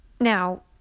Now